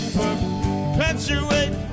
perpetuate